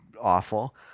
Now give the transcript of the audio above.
awful